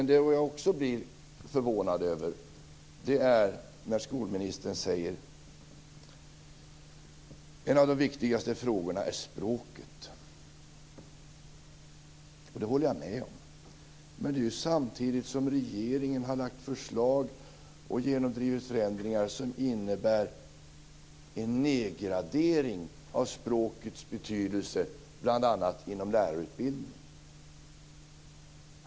Det jag också blir förvånad över är när skolministern säger: En av de viktigaste frågorna är språket. Det håller jag med om. Men samtidigt har regeringen lagt fram förslag och genomdrivit förändringar som innebär en nedgradering av språkets betydelse, bl.a. inom lärarutbildningen.